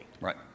Right